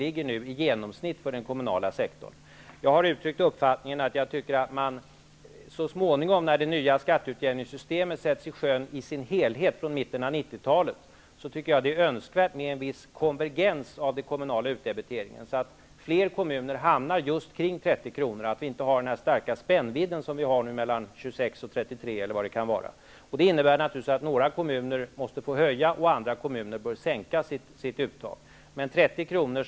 i genomsnitt för den kommunala sektorn. Jag har uttryckt uppfattningen att det så småningom, när det nya skatteutjämningssystemet sätts i sjön i sin helhet från mitten av 90-talet, är önskvärt med en viss konvergens av den kommunala utdebiteringen, så att fler kommuner hamnar just kring 30 kr. Vi vill alltså inte ha en så stark spännvidd som nu, mellan 26 och 33 kr. Det innebär att några kommuner måste höja och att andra kommuner bör sänka sitt uttag. 30 kr.